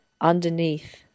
underneath